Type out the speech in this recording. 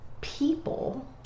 people